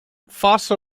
fossil